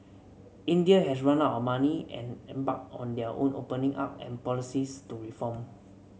India had run out of money and embarked on their own opening up and policies to reform